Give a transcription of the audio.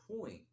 point